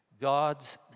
God's